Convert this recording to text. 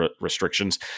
restrictions